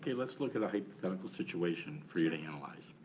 yeah let's look at a hypothetical situation for you to analyze.